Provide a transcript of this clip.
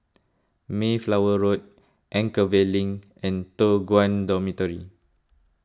Mayflower Road Anchorvale Link and Toh Guan Dormitory